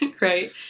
right